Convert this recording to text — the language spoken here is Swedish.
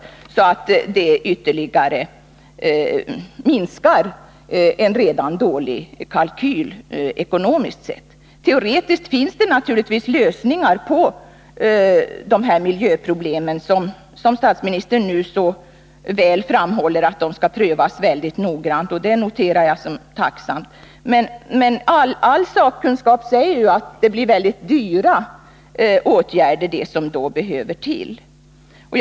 Ekonomiskt sett försvagar det ytterligare en redan dålig kalkyl. Teoretiskt finns det naturligtvis lösningar på miljöproblemen, som statsministern här så väl framhåller skall prövas mycket noggrant, vilket jag tacksamt noterar. Men enligt all sakkunskap blir det väldigt dyra åtgärder som då behöver vidtas.